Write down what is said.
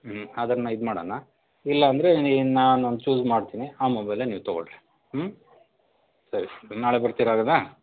ಹ್ಞೂ ಅದನ್ನು ಇದ್ಮಾಡಣ ಇಲ್ಲಾಂದರೆ ನಿ ನಾನು ಒಂದು ಚೂಸ್ ಮಾಡ್ತೀನಿ ಆ ಮೊಬೈಲೇ ನೀವು ತೊಗೊಳ್ಳಿರಿ ಹ್ಞೂ ಸರಿ ನಾಳೆ ಬರುತ್ತೀರಾ ಹಾಗಾದರೆ